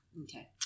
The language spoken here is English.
Okay